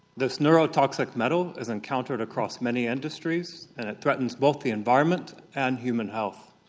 this neurotoxic metal is encountered across many industries and it threatens both the environment and human health.